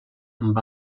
amb